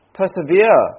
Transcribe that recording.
persevere